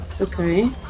Okay